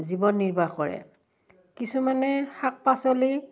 জীৱন নিৰ্বাহ কৰে কিছুমানে শাক পাচলি